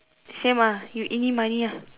same lah you eeny meeny lah